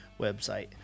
website